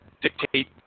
dictate